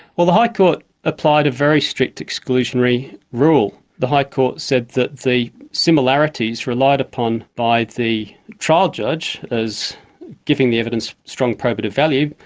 well, the high court applied a very strict exclusionary rule the high court said that the similarities relied upon by the trial judge as giving the evidence strong probative value.